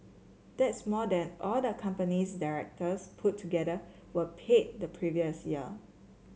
that's more than all the company's directors put together were paid the previous year